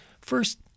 first